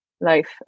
life